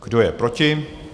Kdo je proti?